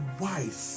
wife